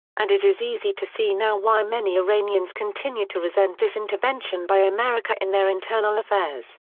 and it is easy to see now why many iranians continue to resent this intervention by america in their internal affairs.